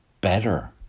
better